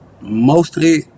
mostly